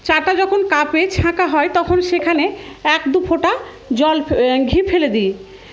চাটা যখন কাপে ছাঁকা হয় তখন সেখানে এক দু ফোঁটা জল ঘি ফেলে দিই